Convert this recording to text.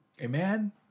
Amen